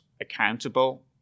accountable